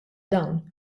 dawn